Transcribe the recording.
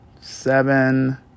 seven